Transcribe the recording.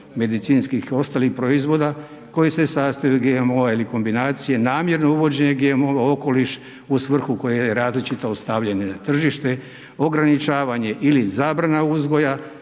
medicinskih i ostalih proizvoda koji se sastoje od GMO-a ili kombinacije, namjerno uvođenje GMO-a u okoliš u svrhu koja je različita od stavljanja na tržište, ograničavanje ili zabrana uzgoja,